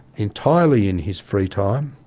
entirely in his free time,